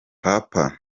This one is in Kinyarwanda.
papa